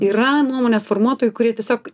yra nuomonės formuotojų kurie tiesiog